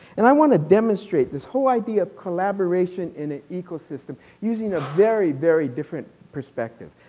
and i want to demonstrate this whole idea of collaboration in an ecosystem using a very, very different perspective.